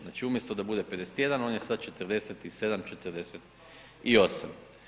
Znači umjesto da bude 51 on je sad 47, 48.